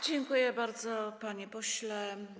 Dziękuję bardzo, panie pośle.